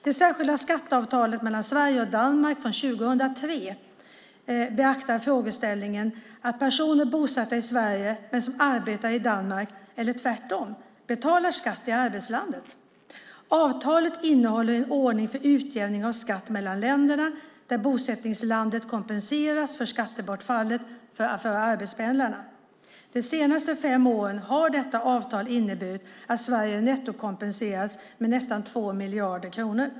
Det särskilda skatteavtalet mellan Sverige och Danmark från 2003 beaktar frågeställningen att personer som är bosatta i Sverige men arbetar i Danmark eller tvärtom betalar skatt i arbetslandet. Avtalet innehåller en ordning för utjämning av skatt mellan länderna där bosättningslandet kompenseras för skattebortfallet från arbetspendlarna. De senaste fem åren har detta avtal inneburit att Sverige nettokompenserats med nästan 2 miljarder kronor.